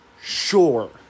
sure